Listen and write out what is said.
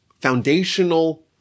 foundational